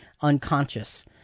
unconscious